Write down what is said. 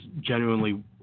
genuinely